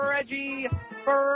Reggie